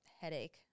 headache